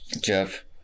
Jeff